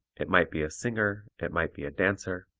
it might be a singer, it might be a dancer,